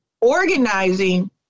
organizing